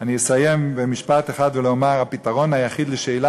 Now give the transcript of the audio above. אסיים במשפט אחד ואומר: הפתרון היחיד לשאלה